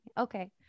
Okay